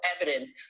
evidence